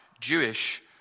Jewish